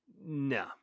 no